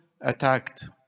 attacked